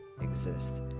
exist